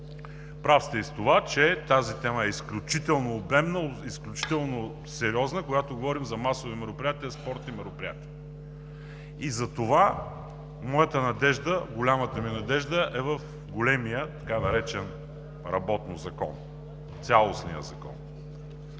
Прав сте и с това, че тази тема е изключително обемна, изключително сериозна, когато говорим за масови спортни мероприятия. И затова моята надежда, голямата ми надежда е в големия така наречен работно закон, цялостния закон.